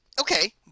okay